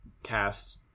Cast